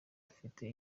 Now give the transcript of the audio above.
dufite